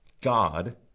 God